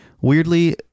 weirdly